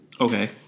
Okay